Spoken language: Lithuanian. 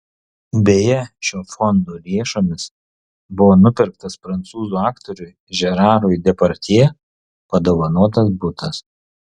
beje šio fondo lėšomis buvo nupirktas prancūzų aktoriui žerarui depardjė padovanotas butas